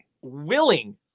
willing